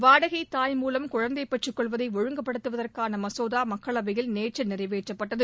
வாடகை தாய் மூலம் குழந்தை பெற்றுக்கொள்வதை ஒழுங்குபடுத்துவதற்கான மசோதா மக்களவையில் நேற்று நிறைவேற்றப்பட்டது